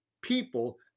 people